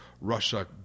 Russia